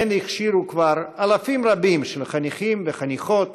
הן הכשירו כבר אלפים רבים של חניכים וחניכות